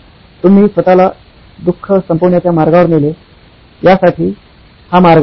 तुम्ही स्वतला दुःख संपवण्याच्या मार्गावर नेले यासाठी हा "मार्ग" आहे